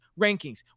rankings